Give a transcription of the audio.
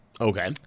Okay